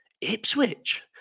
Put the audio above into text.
Ipswich